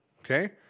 okay